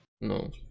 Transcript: No